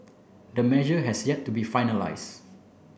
the measure has yet to be finalise